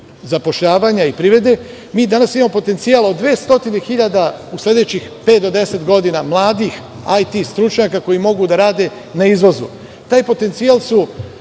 zapošljavanja i privrede. Mi danas imamo potencijal od 200 hiljada u sledećih pet do 10 godina mladih IT stručnjaka, koji mogu da rade na izvozu. Taj potencijal su